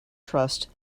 trust